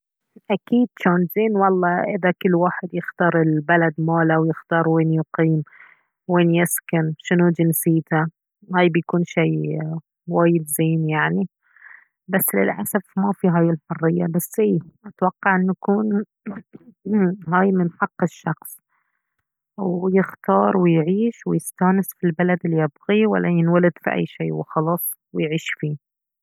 أكيد جان زين والله إذا كل واحد يختار البلد ماله ويختار وين يقيم وين يسكن شنو جنسيته هاي بيكون شيء وايد زين يعني بس للأسف ما في هاي الحرية بس ايه أتوقع أنه يكون هاي من حق الشخص ويختار ويعيش ويستانس في البلد اللي يبغيه ولا ينولد في أي شيء وخلاص ويعيش فيه